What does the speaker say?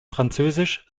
französisch